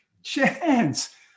Chance